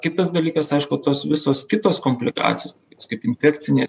kitas dalykas aišku tos visos kitos komplikacijos kaip infekcinė